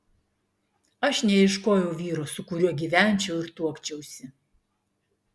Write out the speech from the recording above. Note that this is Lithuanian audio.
aš neieškojau vyro su kuriuo gyvenčiau ir tuokčiausi